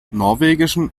norwegischen